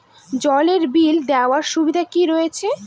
জলের বিল দেওয়ার সুবিধা কি রয়েছে?